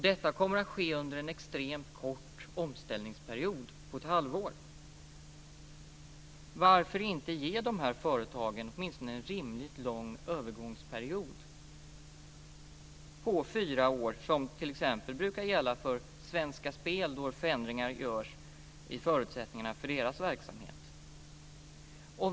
Detta kommer att ske under en extremt kort omställningsperiod på ett halvår. Varför inte ge de här företagen åtminstone en rimligt lång övergångsperiod på t.ex. fyra år, som brukar gälla för Svenska Spel när förändringar görs i förutsättningarna för deras verksamhet?